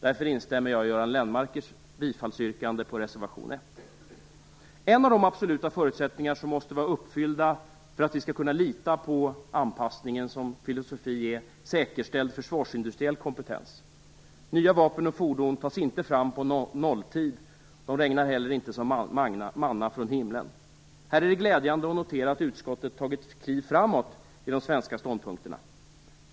Därför instämmer jag i Göran En av de absoluta förutsättningar som måste vara uppfyllda för att vi skall kunna lita på anpassningen som filosofi är säkerställd försvarsindustriell kompetens. Nya vapen och fordon tas inte fram på nolltid. De regnar heller inte som manna från himlen. Här är det glädjande att notera att utskottet tagit kliv framåt i de svenska ståndpunkterna.